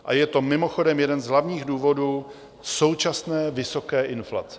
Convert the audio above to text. A je to mimochodem jeden z hlavních důvodů současné vysoké inflace.